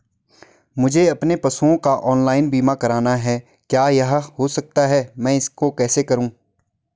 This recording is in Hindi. मुझे अपने पशुओं का ऑनलाइन बीमा करना है क्या यह हो सकता है मैं इसको कैसे करूँ?